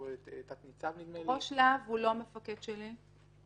תת-ניצב --- ראש להב הוא לא המפקד שלי,